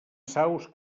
saus